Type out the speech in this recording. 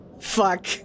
Fuck